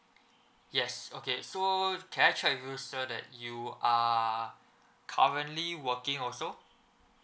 yes okay so can I check with you sir that you are currently working also